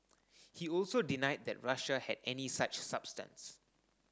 he also denied that Russia had any such substance